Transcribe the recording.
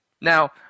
now